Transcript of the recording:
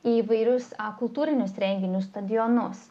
į įvairius kultūrinius renginius stadionus